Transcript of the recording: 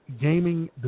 gaming